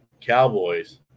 Cowboys